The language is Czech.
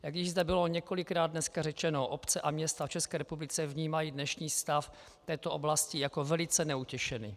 Jak již zde bylo dnes několikrát řečeno, obce a města v České republice vnímají dnešní stav v této oblasti jako velmi neutěšený.